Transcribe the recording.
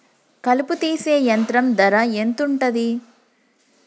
కలుపు తీసే యంత్రం ధర ఎంతుటది?